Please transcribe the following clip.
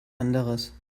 anderes